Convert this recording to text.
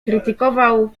krytykował